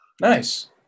Nice